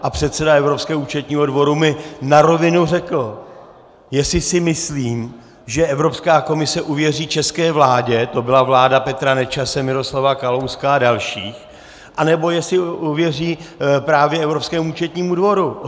A předseda Evropského účetního dvoru mi na rovinu řekl, jestli si myslím, že Evropská komise uvěří české vládě to byla vláda Petra Nečase, Miroslava Kalouska a dalších anebo jestli uvěří právě Evropskému účetnímu dvoru?